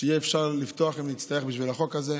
שיהיה אפשר לפתוח אם נצטרך בשביל החוק הזה.